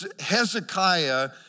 Hezekiah